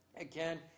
Again